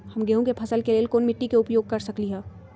हम गेंहू के फसल के लेल कोन मिट्टी के उपयोग कर सकली ह?